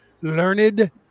learned